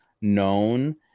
known